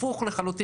הפוך לחלוטין